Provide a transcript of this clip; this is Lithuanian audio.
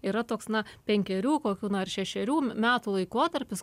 yra toks na penkerių kokių nors šešerių metų laikotarpis